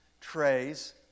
trays